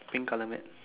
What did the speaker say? pink colour mat